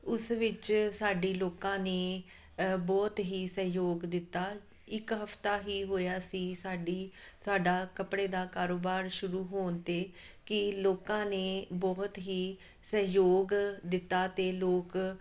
ਉਸ ਵਿੱਚ ਸਾਡੀ ਲੋਕਾਂ ਨੇ ਬਹੁਤ ਹੀ ਸਹਿਯੋਗ ਦਿੱਤਾ ਇੱਕ ਹਫ਼ਤਾ ਹੀ ਹੋਇਆ ਸੀ ਸਾਡੀ ਸਾਡਾ ਕੱਪੜੇ ਦਾ ਕਾਰੋਬਾਰ ਸ਼ੁਰੂ ਹੋਣ 'ਤੇ ਕਿ ਲੋਕਾਂ ਨੇ ਬਹੁਤ ਹੀ ਸਹਿਯੋਗ ਦਿੱਤਾ ਅਤੇ ਲੋਕ